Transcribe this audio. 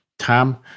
Tom